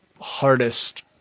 hardest